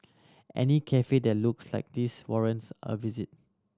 any cafe that looks like this warrants a visit